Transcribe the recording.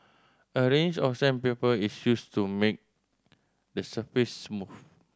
a range of sandpaper is used to make the surface smooth